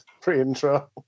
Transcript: pre-intro